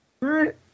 right